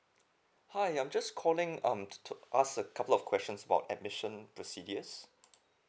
hi I'm just calling um to ask a couple of questions about admission to C_D_S